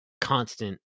constant